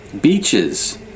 beaches